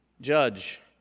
judge